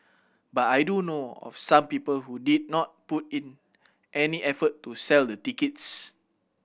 but I do know of some people who did not put in any effort to sell the tickets